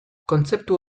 kontzeptu